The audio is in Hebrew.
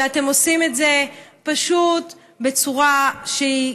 ואתם עושים את זה פשוט בצורה שהיא: